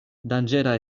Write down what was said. danĝera